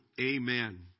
amen